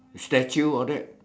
statue all that